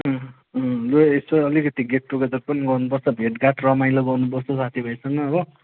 लु है यसो अलिकति गेट टुगेदर पनि गर्नुपर्छ भेटघाट रमाइलो गर्नुपर्छ राति भएसम्म हो